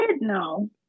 No